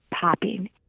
popping